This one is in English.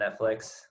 Netflix